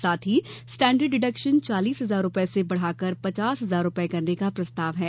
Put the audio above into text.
साथ ही standard deduction चालीस हजार रूपये से बढ़ाकर पचास हजार रूपये करने का प्रस्ताव है